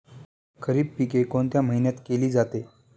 खरीप पिके कोणत्या महिन्यात केली जाते?